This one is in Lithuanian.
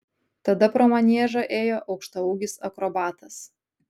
tada pro maniežą ėjo aukštaūgis akrobatas